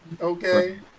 okay